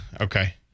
okay